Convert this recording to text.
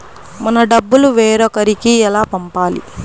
మన డబ్బులు వేరొకరికి ఎలా పంపాలి?